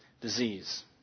disease